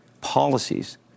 policies